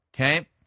Okay